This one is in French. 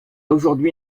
aujourd’hui